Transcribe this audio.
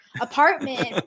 apartment